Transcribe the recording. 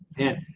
and,